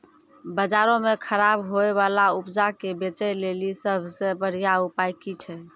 बजारो मे खराब होय बाला उपजा के बेचै लेली सभ से बढिया उपाय कि छै?